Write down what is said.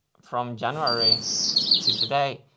from january to today,